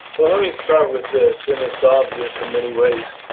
let me start with this, and it's obvious in many ways.